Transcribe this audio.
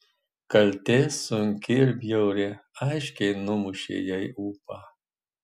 kaltė sunki ir bjauri aiškiai numušė jai ūpą